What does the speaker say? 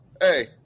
hey